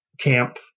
Camp